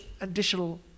additional